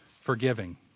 forgiving